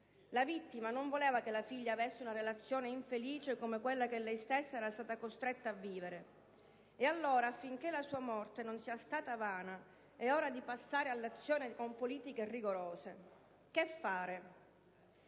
La vittima non voleva che la figlia avesse una relazione infelice come quella che lei stessa era stata costretta a vivere. E allora, affinché la sua morte non sia stata vana, è ora di passare all'azione con politiche rigorose. Che fare?